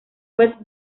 west